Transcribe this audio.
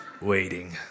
waiting